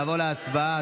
נעבור להצבעה,